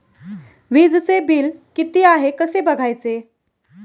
वीजचे बिल किती आहे कसे बघायचे?